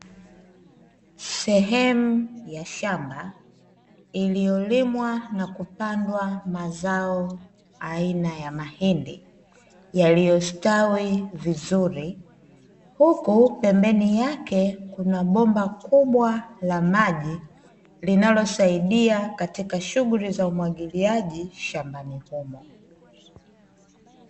Sehemu ya shamba iliyolimwa na kupandwa mazao aina ya mahindi, yaliyostawi vizuri huku pembeni yake kuna bomba kubwa la maji linalosaidia katika shughuli za umwagiliaji shambani humo.